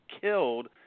killed